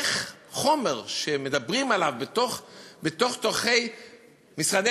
איך חומר שמדברים עליו בתוך-תוכי משרדי